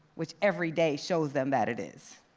which every day shows them that it is?